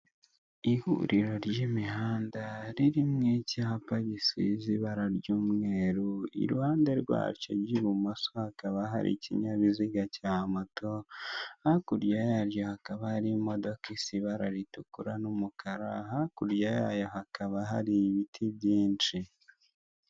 Ihuriro ry'imihanda ririmo icyapa gisize ibara ry'umweru iruhande rwacyo cy'ibumoso hakaba hari iknyabiziga cya moto, hakurya yaryo hakaba ahari imodoka isa ibara ritukura n'umukara, hakurya yayo hakaba hari ibiti byinshi.